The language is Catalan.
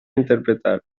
interpretar